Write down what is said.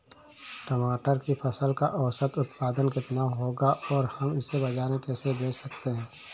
टमाटर की फसल का औसत उत्पादन कितना होगा और हम इसे बाजार में कैसे बेच सकते हैं?